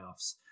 playoffs